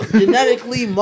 genetically